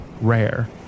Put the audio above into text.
rare